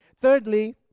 thirdly